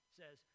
says